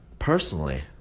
Personally